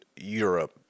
Europe